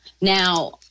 now